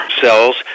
cells